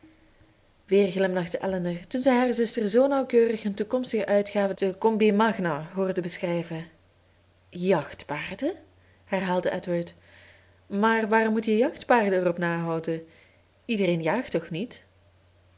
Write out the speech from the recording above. weer glimlachte elinor toen zij haar zuster zoo nauwkeurig hun toekomstige uitgaven te combe magna hoorde beschrijven jachtpaarden herhaalde edward maar waarom moet je jachtpaarden erop nahouden iedereen jaagt toch niet